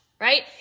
right